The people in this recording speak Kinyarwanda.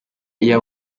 iyo